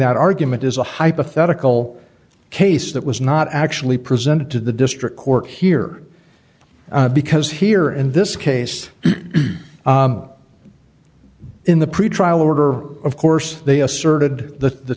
that argument is a hypothetical case that was not actually presented to the district court here because here in this case in the pretrial order of course they asserted that the